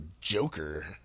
Joker